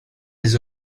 les